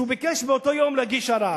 שביקש באותו יום להגיש ערר.